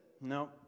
No